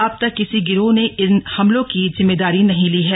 अब तक किसी गिरोह ने इन हमलों की जिम्मेदारी नहीं ली है